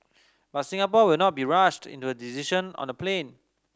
but Singapore will not be rushed into decision on the plane